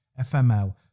FML